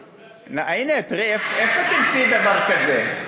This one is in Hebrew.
הנה, תראי, איפה תמצאי דבר כזה?